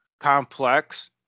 complex